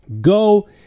go